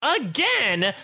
again